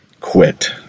Quit